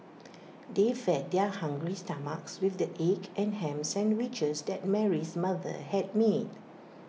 they fed their hungry stomachs with the egg and Ham Sandwiches that Mary's mother had made